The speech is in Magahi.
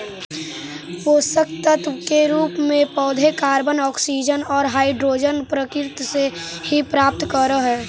पोषकतत्व के रूप में पौधे कॉर्बन, ऑक्सीजन और हाइड्रोजन प्रकृति से ही प्राप्त करअ हई